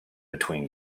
between